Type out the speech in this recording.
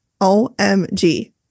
o-m-g